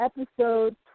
Episode